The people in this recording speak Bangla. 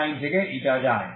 লাইন থেকে যায়